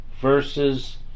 Verses